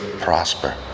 prosper